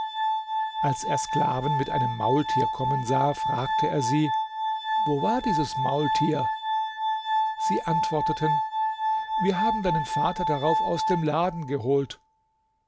als er sklaven mit einem maultier kommen sah fragte er sie wo war dieses maultier sie antworteten wir haben deinen vater darauf aus dem laden geholt